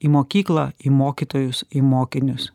į mokyklą į mokytojus į mokinius